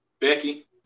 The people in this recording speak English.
Becky